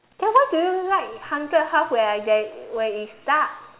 then why do you like haunted house where there where it's dark